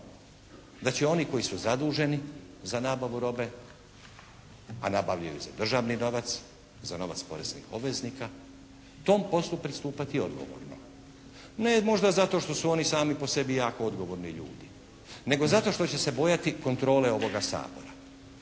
Da će oni koji su zaduženi za nabavu robe, a nabavljaju za državni novac, za novac poreznih obveznika, tom poslu pristupati odgovorno. Ne možda zato što su oni sami po sebi jako odgovorni ljudi. Nego zato što će se bojati kontrole ovoga Sabora.